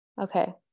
Okay